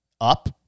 up